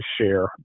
share